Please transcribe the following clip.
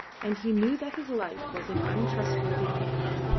and he knew that his life was in untrustworthy hands,